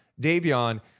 Davion